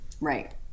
right